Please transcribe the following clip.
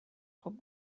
خوب